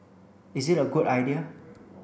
is it a good idea